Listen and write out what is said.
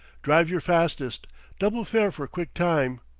drive your fastest double fare for quick time!